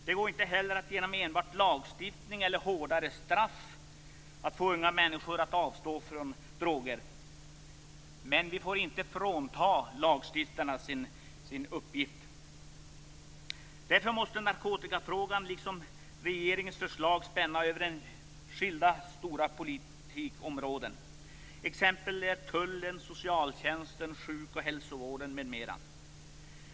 Det går inte heller att genom enbart lagstiftning eller hårdare straff få unga människor att avstå från droger. Detta får dock inte frånta lagstiftarna deras uppgift. Därför måste narkotikafrågan liksom regeringens förslag spänna över en rad stora, skilda politikområden. Exempel är tullen, socialtjänsten, sjuk och hälsovården m.m.